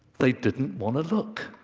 they didn't want to look.